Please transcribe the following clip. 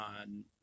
on